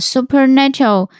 Supernatural